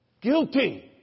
Guilty